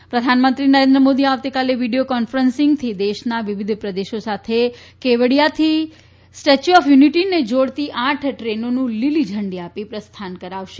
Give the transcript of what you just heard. પ્રધાનમંત્રી કેવડીયા પ્રધાનમંત્રી નરેન્દ્ર મોદી આવતીકાલે વિડિયો કોન્ફરન્સથી દેશના વિવિધ પ્રદેશો સાથે કેવડિયાથી સ્થિત સ્ટેચ્યુ ઓફ યુનિટીને જોડતી આઠ ટ્રેનોનું લીલી ઝંડી આપી પ્રસ્થાન કરાવશે